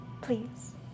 Please